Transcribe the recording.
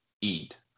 eat